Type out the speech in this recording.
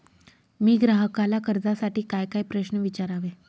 मी ग्राहकाला कर्जासाठी कायकाय प्रश्न विचारावे?